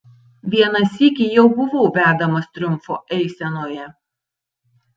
vieną sykį jau buvau vedamas triumfo eisenoje